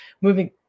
moving